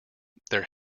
their